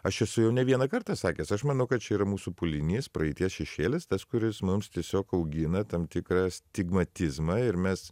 aš esu jau ne vieną kartą sakęs aš manau kad čia yra mūsų pūlinys praeities šešėlis tas kuris mums tiesiog augina tam tikrą astigmatizmą ir mes